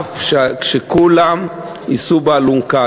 נשאף שכולם יישאו את האלונקה,